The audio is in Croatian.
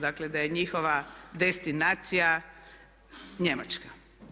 Dakle, da je njihova destinacija Njemačka.